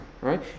right